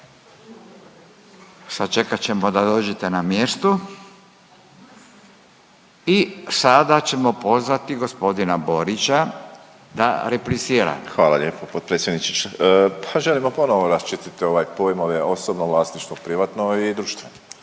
Sačekat ćemo da dođete na mjestu i sada ćemo pozvati gospodina Borića da replicira. **Borić, Josip (HDZ)** Hvala lijepo potpredsjedniče. Pa želimo ponovno raščistiti ovaj pojmove osobno vlasništvo, privatno i društveno